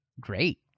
great